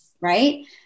Right